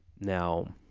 Now